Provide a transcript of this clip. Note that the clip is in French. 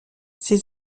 ses